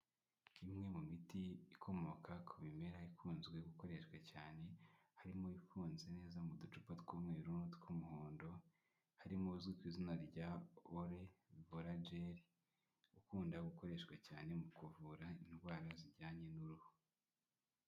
Imwe mu miti ikomoka ku bimera, ikunze gukoreshwa cyane. Harimo iunze neza mu ducupa tw'umweru, n'utw'umuhondo. Harimo uzwi ku izina rya ''ole borageri'' ukunda gukoreshwa cyane mu kuvura indwara zijyanye n'uruhu.